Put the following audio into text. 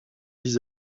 vis